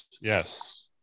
Yes